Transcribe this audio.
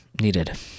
needed